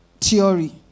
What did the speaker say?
theory